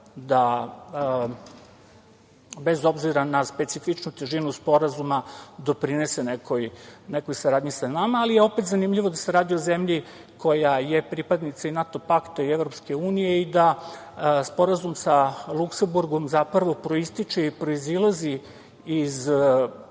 da bez obzira na specifičnu težinu sporazuma doprinese nekoj saradnji sa nama. Ali, opet je zanimljivo da se radi o zemlji koja je pripadnica i NATO pakta i EU i da Sporazum sa Luksemburgom zapravo proističe i proizilazi iz